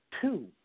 two